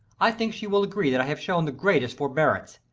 i think she will agree that i have shown the greatest forebearance.